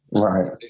Right